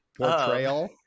Portrayal